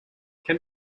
can